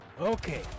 Okay